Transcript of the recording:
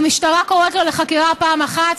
המשטרה קוראת לו לחקירה פעם אחת,